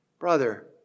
Brother